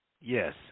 Yes